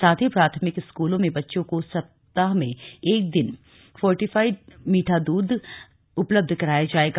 साथ ही प्राथमिक स्कूलों में बच्चों को सप्ताह में एक दिन फोर्टिफाइट मीठा दूध उपलब्ध कराया जाएगा